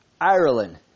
Ireland